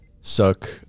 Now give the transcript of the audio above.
suck